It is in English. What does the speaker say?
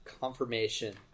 confirmation